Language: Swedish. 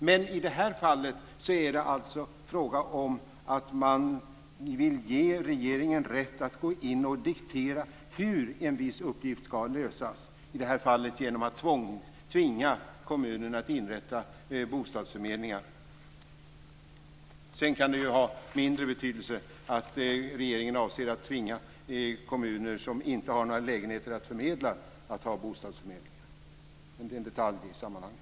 Men i det här fallet är det fråga om att man vill ge regeringen rätt att gå in och diktera hur en viss uppgift ska utföras, i det här fallet genom att tvinga kommunerna att inrätta bostadsförmedlingar. Det kan sedan ha mindre betydelse att regeringen avser att tvinga kommuner som inte har några lägenheter att förmedla att ha en bostadsförmedling. Det är en detalj i sammanhanget.